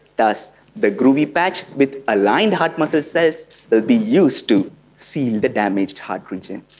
thus the groovy patch with aligned heart muscle cells will be used to seal the damaged heart region.